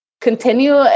continue